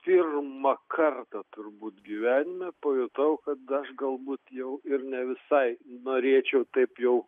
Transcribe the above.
pirmą kartą turbūt gyvenime pajutau kad aš galbūt jau ir ne visai norėčiau taip jau